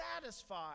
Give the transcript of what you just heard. satisfied